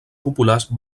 populars